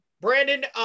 Brandon